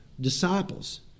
disciples